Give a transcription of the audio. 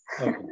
Okay